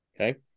Okay